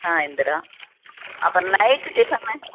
சாயந்தரம் அப்புறம் night tiffin